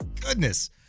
Goodness